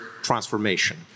transformation